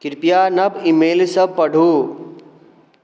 कृपया नव ईमेलसब पढ़ू